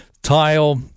tile